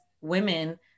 women